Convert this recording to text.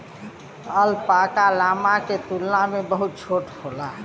alpaca, llama के तुलना में बहुत छोट होला